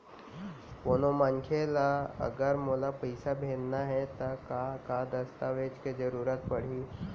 कोनो मनखे ला अगर मोला पइसा भेजना हे ता का का दस्तावेज के जरूरत परही??